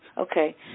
Okay